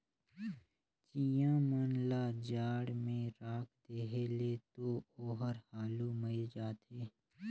चिंया मन ल जाड़ में राख देहे ले तो ओहर हालु मइर जाथे